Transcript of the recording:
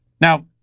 Now